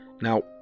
Now